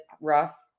rough